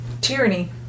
Tyranny